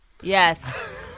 yes